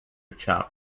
chap